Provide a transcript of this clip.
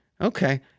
Okay